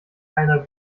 keiner